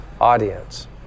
audience